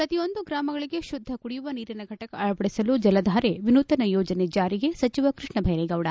ಪ್ರತಿಯೊಂದು ಗ್ರಾಮಗಳಿಗೆ ಶುದ್ಧ ಕುಡಿಯುವ ನೀರಿನ ಘಟಕ ಅಳವಡಿಸಲು ಜಲಧಾರೆ ವಿನೂತನ ಯೋಜನೆ ಜಾರಿಗೆ ಸಚಿವ ಕೃಷ್ಣಬೈರೇಗೌಡ